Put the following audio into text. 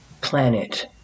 planet